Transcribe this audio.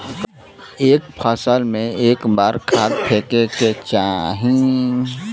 एक फसल में क बार खाद फेके के चाही?